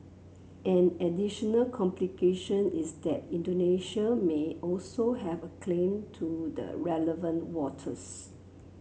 an additional complication is that Indonesia may also have a claim to the relevant waters